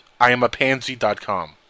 IamAPansy.com